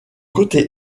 côté